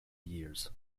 years